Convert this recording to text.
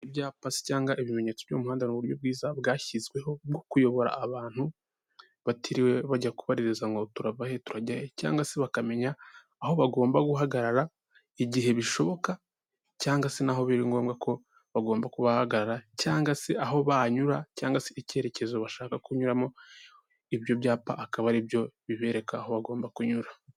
Ibyapa se cyangwa ibimenyetso by'umuhanda, ni uburyo bwiza bwashyizweho bwo kuyobora abantu, batiriwe bajya kubaririza ngo turava he, turajya he cyangwa se bakamenya aho bagomba guhagarara, igihe bishoboka cyangwa se n'aho biri ngombwa ko bagomba kuba bahagarara cyangwa se aho banyura cyangwa se icyerekezo bashaka kunyuramo, ibyo byapa akaba ari byo bibereka aho bagomba kunyura.